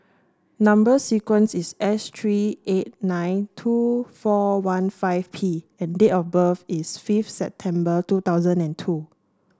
number sequence is S three eight nine two four one five P and date of birth is fifth September two thousand and two